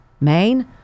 Maine